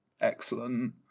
excellent